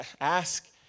Ask